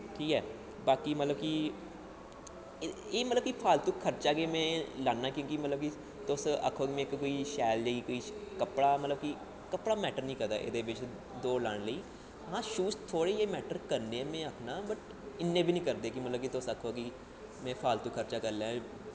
ठीक ऐ बाकी मतलब कि एह् मतलब की फालतू खर्चा में लान्ना क्योंकि तुस आक्खो कि शैल लेई कोई कपड़ा मतलब कपड़ा मैट्टर नेईं करदा एह्दे बिच्च दौड़ लाने लेई हां शूज़ थोह्ड़े जेह् मैट्टर करदे न में आखना पर इन्ने बी नेईं करदे तुस आक्खो कि में फालतू खर्चा करी लैङ